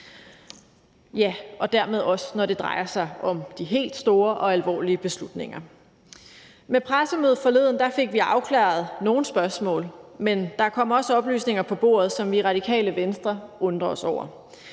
og dermed også, når det drejer sig om de helt store og alvorlige beslutninger. Ved pressemødet forleden fik vi afklaret nogle spørgsmål, men der kom også oplysninger på bordet, som vi i Radikale Venstre undrer os over.